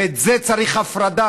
ואת זה, צריך הפרדה,